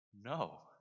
no